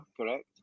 correct